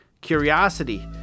curiosity